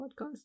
podcast